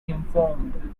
informed